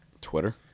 Twitter